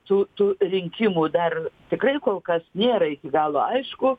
tų tų rinkimų dar tikrai kol kas nėra iki galo aišku